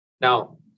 Now